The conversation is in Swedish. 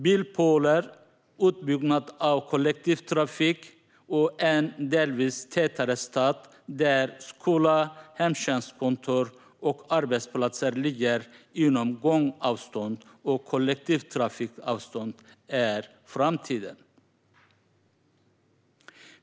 Bilpooler, utbyggnad av kollektivtrafik och en delvis tätare stad där skola, hemtjänstkontor och arbetsplatser ligger inom gångavstånd och kollektivtrafikavstånd är framtiden.